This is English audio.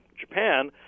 Japan